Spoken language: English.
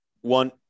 One